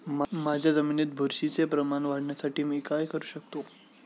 माझ्या जमिनीत बुरशीचे प्रमाण वाढवण्यासाठी मी काय करू शकतो?